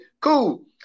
cool